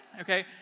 Okay